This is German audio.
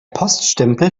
poststempel